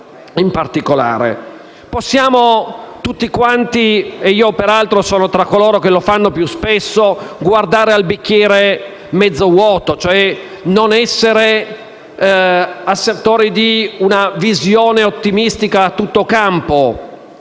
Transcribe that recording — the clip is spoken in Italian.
Possiamo tutti quanti (e io peraltro sono tra coloro che lo fanno più spesso) guardare al bicchiere mezzo vuoto, cioè non essere assertori di una visione ottimistica a tutto campo,